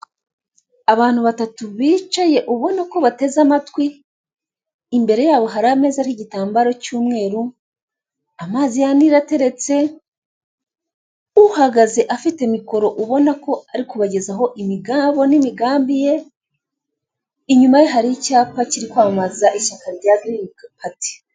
Abantu batatu bicaye ubona ko bateze amatwi imbere yabo hari igitambaro cy'umweru, amazi ya Nil ateretse uhagaze afite mikoro ubona ko ari kubagzaho imigabo n'imigambi ye inyuma ye hari icyapa kiri kwamamaza ishyaka tya gurini pati.